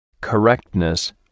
correctness